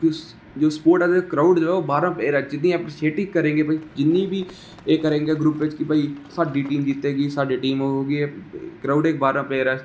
sports आह्ले गी crowd आहले बाहरा इनीसेटिब करें गे भाई जिन्नी बी केह् करेंगे ग्रुप बिच के भाई साढ़ी टीम जितेगी साढ़ी टीम क्राउड इक बाहरमा प्लेयर ऐ